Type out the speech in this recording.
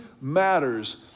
matters